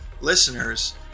listeners